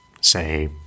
say